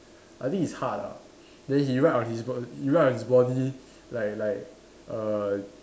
I think is heart ah then he write on his body he write on his body like like err